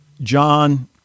John